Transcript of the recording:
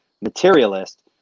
materialist